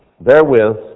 therewith